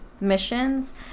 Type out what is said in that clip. missions